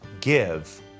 give